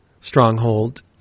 stronghold